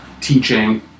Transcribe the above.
teaching